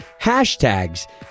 hashtags